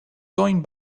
going